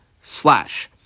slash